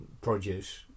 produce